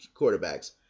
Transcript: quarterbacks